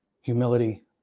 Humility